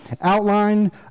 outline